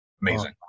amazing